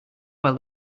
while